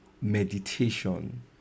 meditation